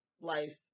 life